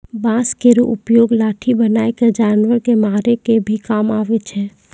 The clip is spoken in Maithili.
बांस केरो उपयोग लाठी बनाय क जानवर कॅ मारै के भी काम आवै छै